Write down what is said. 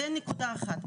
זו נקודה אחת.